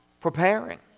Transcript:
preparing